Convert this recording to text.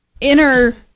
inner